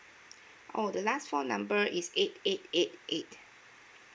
oh the last four number is eight eight eight eight